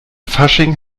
fasching